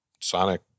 Sonic